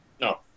no